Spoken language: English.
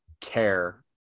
care